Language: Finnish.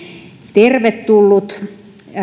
tervetullut